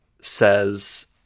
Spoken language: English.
says